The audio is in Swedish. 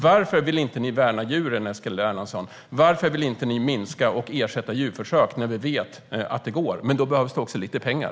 Varför vill ni inte värna djuren, Eskil Erlandsson? Varför vill ni inte minska och ersätta djurförsök när vi vet att det går? Men då behövs det också lite pengar.